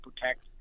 protect